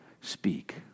speak